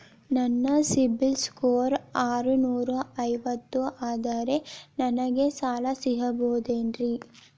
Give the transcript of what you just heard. ನನ್ನ ಸಿಬಿಲ್ ಸ್ಕೋರ್ ಆರನೂರ ಐವತ್ತು ಅದರೇ ನನಗೆ ಸಾಲ ಸಿಗಬಹುದೇನ್ರಿ?